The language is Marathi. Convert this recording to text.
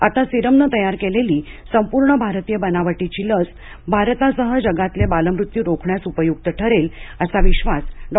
आता सीरमने तयार केलेली संपूर्ण भारतीय बनावटीची लस भारतासह जगातील बालमृत्यू रोखण्यास उपयुक्त ठरेल असा विश्वास डॉ